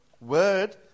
word